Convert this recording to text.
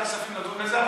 בוועדת הכספים נדון בזה,